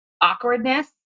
awkwardness